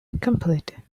complete